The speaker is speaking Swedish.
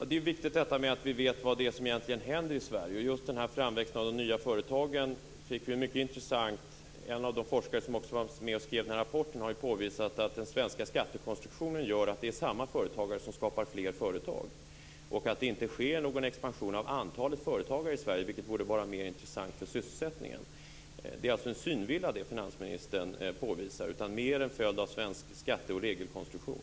Fru talman! Det är viktigt att vi vet vad som egentligen händer i Sverige. Just när det gäller framväxandet av de nya företagen fick vi en mycket intressant bild. En av de forskare som var med och skrev rapporten har påvisat att den svenska skattekonstruktionen gör att det är samma företagare som skapar fler företag. Det sker inte någon expansion av antalet företagare i Sverige, vilket borde var mer intressant för sysselsättningen. Det är alltså en synvilla som finansministern påvisar och mer en följd av svensk skatte och regelkonstruktion.